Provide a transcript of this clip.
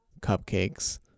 cupcakes